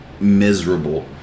miserable